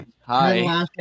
hi